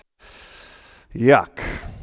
Yuck